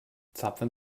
zapfen